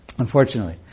Unfortunately